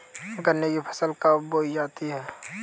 गन्ने की फसल कब बोई जाती है?